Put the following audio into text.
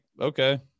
okay